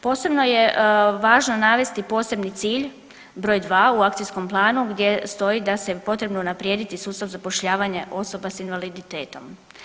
Posebno je važno navesti posebni cilj broj dva u akcijskom planu gdje stoji da je potrebno unaprijediti sustav zapošljavanja osoba sa invaliditetom.